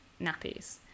nappies